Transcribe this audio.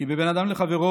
כי ב"בין אדם לחברו"